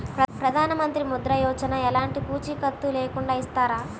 ప్రధానమంత్రి ముద్ర యోజన ఎలాంటి పూసికత్తు లేకుండా ఇస్తారా?